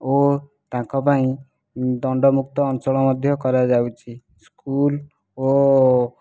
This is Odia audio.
ଓ ତାଙ୍କ ପାଇଁ ଦଣ୍ଡମୁକ୍ତ ଅଞ୍ଚଳ ମଧ୍ୟ କରାଯାଉଛି ସ୍କୁଲ୍ ଓ